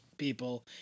people